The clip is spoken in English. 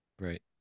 Right